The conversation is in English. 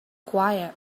quiet